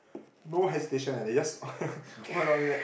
no hesitation eh they just ppo